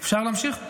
אפשר להמשיך?